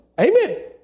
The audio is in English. Amen